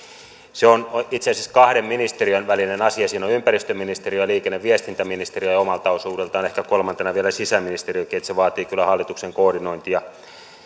se on itse asiassa kahden ministeriön välinen asia siinä on ympäristöministeriö ja liikenne ja viestintäministeriö ja omalta osuudeltaan ehkä kolmantena vielä sisäministeriökin joten se vaatii kyllä hallituksen koordinointia